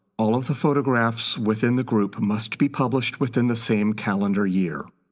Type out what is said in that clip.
all of the photographs within the group must be published within the same calendar year.